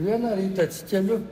vieną rytą atsikeliu